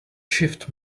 shift